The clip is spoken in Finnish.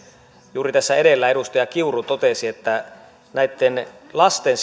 juuri tässä edellä edustaja kiuru totesi että lasten